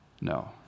No